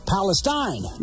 Palestine